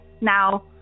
Now